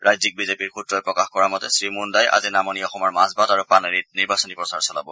ৰাজ্যিক বি জে পিৰ সূত্ৰই প্ৰকাশ কৰা মতে শ্ৰীমুণাই আজি নামনি অসমৰ মাজবাট আৰু পানেৰীত নিৰ্বাচনী প্ৰচাৰ চলাব